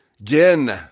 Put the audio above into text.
Again